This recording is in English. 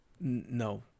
no